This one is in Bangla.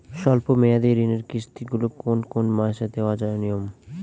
স্বল্প মেয়াদি ঋণের কিস্তি গুলি কোন কোন মাসে দেওয়া নিয়ম?